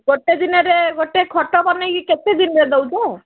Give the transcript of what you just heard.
ଗୋଟେ ଦିନରେ ଗୋଟେ ଖଟ ବନାଇକି କେତେ ଦିନରେ ଦଉଛ